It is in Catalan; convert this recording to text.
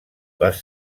les